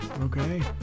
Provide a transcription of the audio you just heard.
Okay